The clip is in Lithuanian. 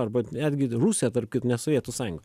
arba netgi rusija tarp kitko ne sovietų sąjunga